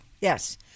Yes